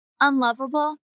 unlovable